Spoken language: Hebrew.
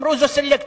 הם אמרו: זו סלקציה.